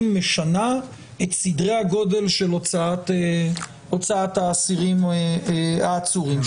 משנה את סדרי הגודל של הוצאת האסירים העצורים.